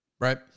Right